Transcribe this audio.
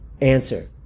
answer